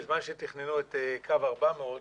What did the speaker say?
בזמן שתכננו את קו 400,